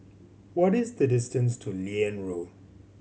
what is the distance to Liane Road